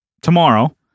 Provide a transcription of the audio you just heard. tomorrow